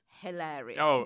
hilarious